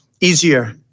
easier